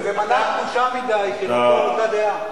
זה מנה גדושה מדי של אותה דעה.